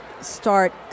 start